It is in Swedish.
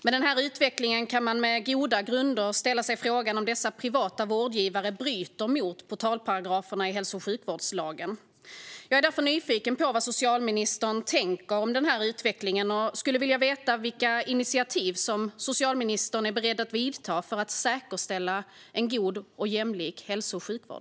Med den här utvecklingen kan man på goda grunder ställa sig frågan om dessa privata vårdgivare bryter mot portalparagraferna i hälso och sjukvårdslagen. Jag är därför nyfiken på vad socialministern tänker om den här utvecklingen och skulle vilja veta vilka initiativ som socialministern är beredd att ta för att säkerställa en god och jämlik hälso och sjukvård.